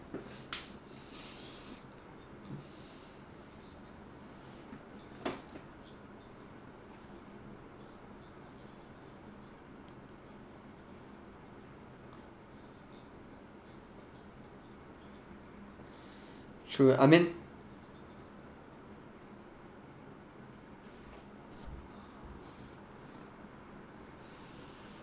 true I mean